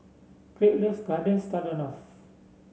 Kraig loves Garden Stroganoff